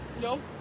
No